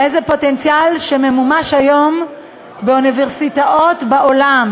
איזה פוטנציאל שממומש היום באוניברסיטאות בעולם,